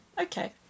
Okay